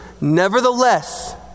Nevertheless